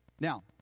Now